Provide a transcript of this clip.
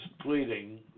pleading